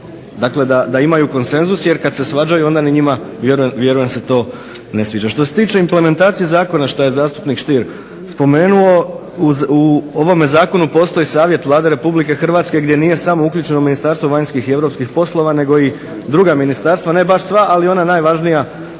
dakle da imaju konsenzus jer kada se svađaju onda ni njima vjerujem se to ne sviđa. Što se tiče implementacije zakona što je zastupnik Stier spomenuo, u ovome zakonu postoji Savjet Vlade Republike Hrvatske gdje nije samo uključeno Ministarstvo vanjskih i europskih poslova nego i druga ministarstva, ne baš sva ali ona najvažnija